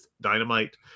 Dynamite